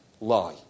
lie